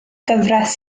gyfres